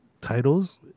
titles